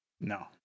No